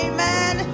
Amen